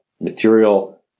material